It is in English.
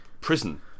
Prison